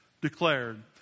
declared